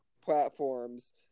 platforms